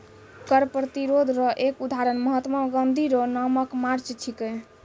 कर प्रतिरोध रो एक उदहारण महात्मा गाँधी रो नामक मार्च छिकै